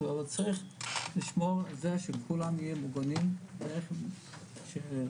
אבל צריך לשמור על זה שכולם יהיו מוגנים ואיך למקד.